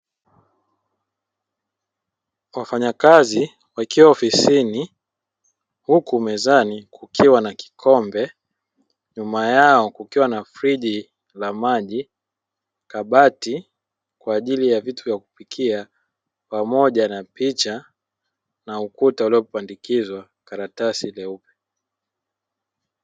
Wafanyakazi wakiwa ofisini huku mezani kukiwa na kikombe, nyuma yao kukiwa na friji la maji, kabati kwaajili ya vitu vya kupikia pamoja na picha na ukuta uliopandikizwa karatasi nyeupe.